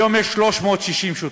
היום יש 360 שוטרים.